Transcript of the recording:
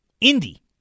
Indy